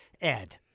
Ed